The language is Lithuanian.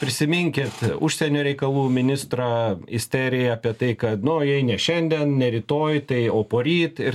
prisiminkit užsienio reikalų ministro isteriją apie tai kad nu jei ne šiandien ne rytoj tai o poryt ir